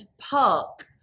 park